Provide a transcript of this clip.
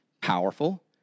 powerful